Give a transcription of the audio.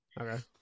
Okay